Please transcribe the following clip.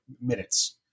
minutes